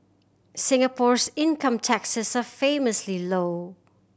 Singapore's income taxes are famously low